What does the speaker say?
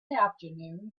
afternoon